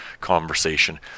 conversation